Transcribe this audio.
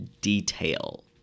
detail